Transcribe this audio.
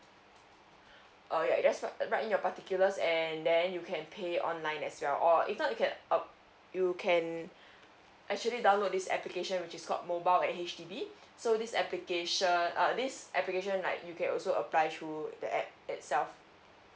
uh ya you just wr~ write in your particulars and then you can pay online as well or if not you can up~ you can actually download this application which is called mobile at H_D_B so this application uh this application like you can also apply through the app itself